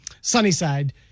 Sunnyside